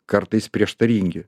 kartais prieštaringi